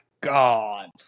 God